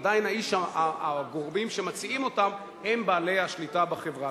עדיין הגורמים שמציעים אותם הם בעלי השליטה בחברה,